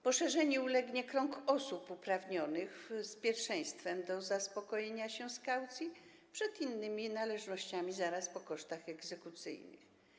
Poszerzeniu ulegnie krąg osób uprawnionych z pierwszeństwem do zaspokojenia się z kaucji przed innymi należnościami, zaraz po kosztach egzekucyjnych.